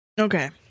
Okay